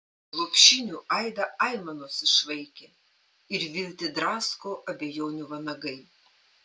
lopšinių aidą aimanos išvaikė ir viltį drasko abejonių vanagai